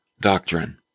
doctrine